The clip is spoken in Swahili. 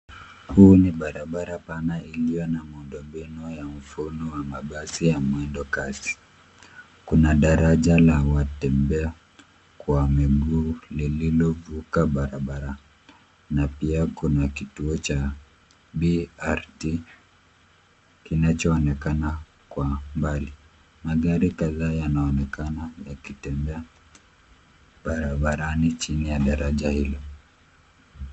Huu ni barabara pana iliyo na muundo mbinu ya mfumo wa mabasi ya mwendokasi. Kuna daraja la watembea kwa miguu lililovuka barabara na pia kuna kituo cha BRT kinachoonekana kwa mbali. Magari kadhaa yanaonekana yakitembea barabarani chini ya daraja hilo.